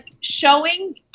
showing